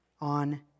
on